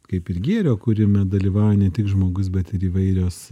kaip ir gėrio kūrime dalyvauja ne tik žmogus bet ir įvairios